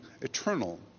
eternal